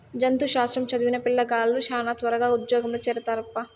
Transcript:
జంతు శాస్త్రం చదివిన పిల్లగాలులు శానా త్వరగా ఉజ్జోగంలో చేరతారప్పా